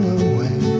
away